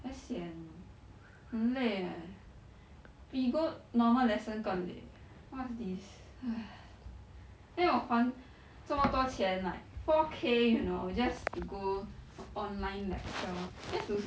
very sian 很累 eh 比 go normal lesson 更累 what's this !hais! then 我还 这么多钱 like four K you know just to go for online lecture just to s~